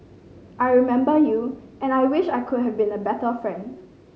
I remember you and I wish I could have been a better friend